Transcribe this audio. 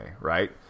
right